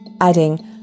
adding